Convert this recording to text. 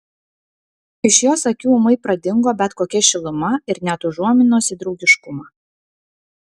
iš jos akių ūmai pradingo bet kokia šiluma ir net užuominos į draugiškumą